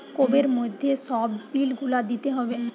কোবের মধ্যে সব বিল গুলা দিতে হবে